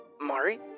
Mari